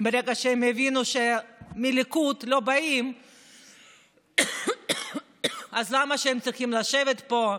ברגע שהם יבינו שמהליכוד לא באים אז למה הם צריכים לשבת פה?